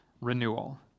Renewal